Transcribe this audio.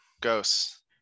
Ghosts